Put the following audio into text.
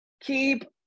keep